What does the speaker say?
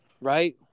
right